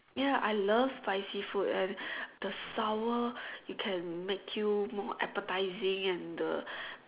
ya I love spicy food and the sour you can make you more appetising and the